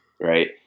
right